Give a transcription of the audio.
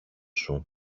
σου